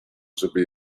żeby